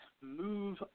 move